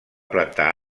plantar